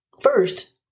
First